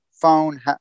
phone